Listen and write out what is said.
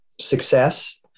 success